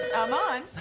i'm on.